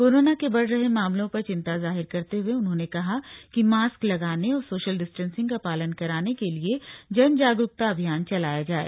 corona के बढ़ रहे मामलों पर चिंता जाहिर करते हए उन्होंने कहा कि मास्क लगाने और सोशल डिस्टेंसिंग का पालन कराने के लिए जनजागरूकता अभियान चलाए जाएं